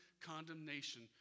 condemnation